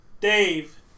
Dave